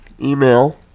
email